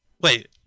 wait